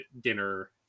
dinner